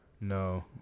No